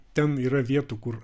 ten yra vietų kur